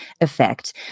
effect